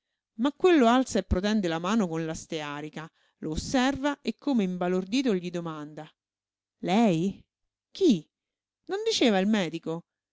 ma quello alza e protende la mano con la stearica lo osserva e come imbalordito gli domanda lei chi non diceva il medico